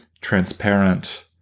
transparent